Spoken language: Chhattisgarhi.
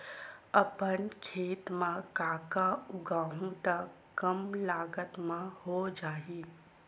अपन खेत म का का उगांहु त कम लागत म हो जाही?